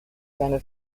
seine